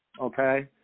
okay